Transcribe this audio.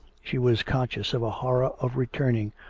she was conscious of a horror of returning,